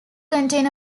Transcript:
contain